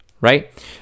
right